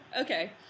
Okay